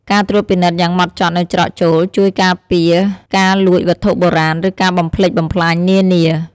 ការត្រួតពិនិត្យយ៉ាងហ្មត់ចត់នៅច្រកចូលជួយ ការពារការលួចវត្ថុបុរាណ ឬការបំផ្លិចបំផ្លាញ នានា។